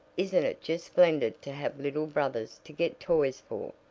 isn't it just splendid to have little brothers to get toys for?